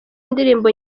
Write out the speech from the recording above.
indirimbo